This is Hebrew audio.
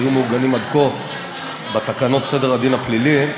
שהיו מעוגנים עד כה בתקנות סדר הדין הפלילי,